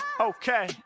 Okay